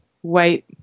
white